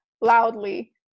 loudly